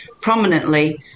prominently